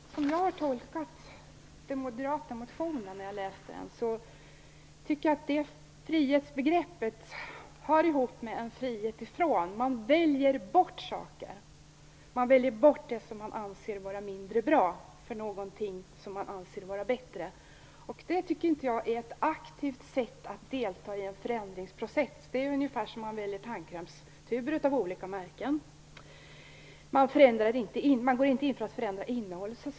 Fru talman! Som jag tolkade den moderata motionen när jag läste den hör frihetsbegreppet ihop med en frihet från någonting. Man väljer bort saker. Man väljer bort det som man anser vara mindre bra för någonting som man anser vara bättre. Det tycker inte jag är ett aktivt sätt att delta i en förändringsprocess. Det är ungefär som när man väljer tandkrämstuber av olika märken. Man går inte in för att förändra innehållet.